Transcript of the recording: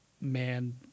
Man